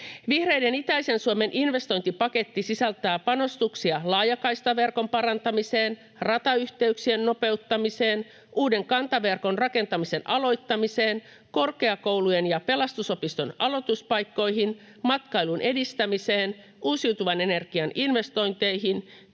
Vihreiden itäisen Suomen investointipaketti sisältää panostuksia laajakaistaverkon parantamiseen, ratayhteyksien nopeuttamiseen, uuden kantaverkon rakentamisen aloittamiseen, korkeakoulujen ja pelastusopiston aloituspaikkoihin, matkailun edistämiseen ja uusiutuvan energian investointeihin,